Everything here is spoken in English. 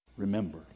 Remember